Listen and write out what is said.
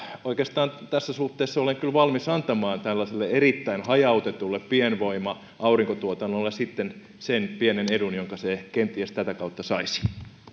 oikeastaan tässä suhteessa olen kyllä valmis antamaan tällaiselle erittäin hajautetulle pienvoima aurinkotuotannolle sen pienen edun jonka se kenties tätä kautta saisi